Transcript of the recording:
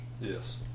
Yes